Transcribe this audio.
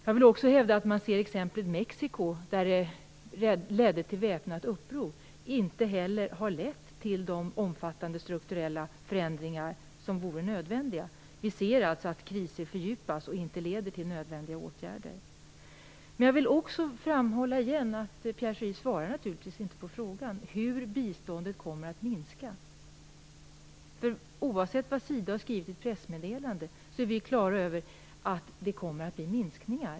Jag vill också peka på exemplet Mexiko, där ett väpnat uppror inte har lett till de omfattande strukturella förändringar som vore nödvändiga. Vi ser alltså att kriser fördjupas utan att leda till nödvändiga åtgärder. Jag vill återigen framhålla att Pierre Schori inte svarar på frågan hur biståndet kommer att minska. Oavsett vad SIDA har skrivit i sitt pressmeddelande är vi klara över att det kommer att bli minskningar.